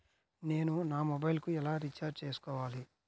నేను నా మొబైల్కు ఎలా రీఛార్జ్ చేసుకోవాలి?